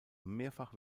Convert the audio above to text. mehrfach